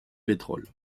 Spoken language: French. pétrole